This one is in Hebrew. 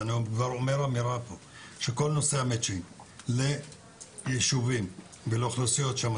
כל נושא ה-Matching ליישובים ולאוכלוסיות בהן